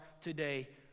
today